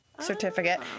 certificate